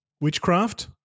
Witchcraft